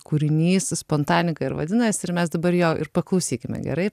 kūrinys spontanika ar vadinasi ir mes dabar jo ir paklausykime gerai